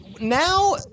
now